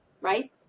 right